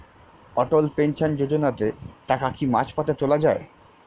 অটল pension যোজনাতে টাকা কি মাঝপথে তোলা যায়?